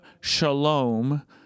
shalom